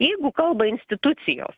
jeigu kalba institucijos